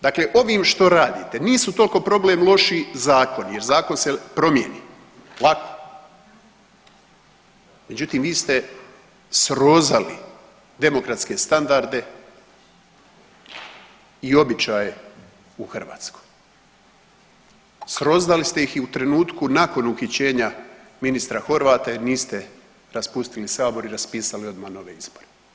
Dakle, ovim što radite nisu tolko problem loši zakoni jer zakon se promijeni lako, međutim vi ste srozali demokratske standarde i običaje u Hrvatskoj, srozali ste ih i u trenutku nakon uhićenja ministra Horvata jer niste raspustili sabor i raspisali odmah nove izbore.